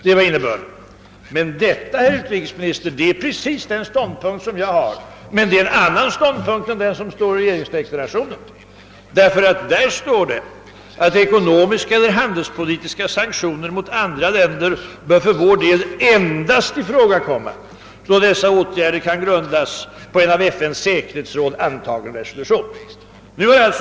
Detta är emellertid, herr utrikesminister, precis samma ståndpunkt som den jag har. Men det är en annan ståndpunkt än den som uttalas i regeringsdeklarationen. Där heter det nämligen att ekonomiska eller handelspolitiska sanktioner mot andra länder för vår del endast bör ifrågakomma då dessa kan grundas på en av FN:s säkerhetsråd antagen resolution.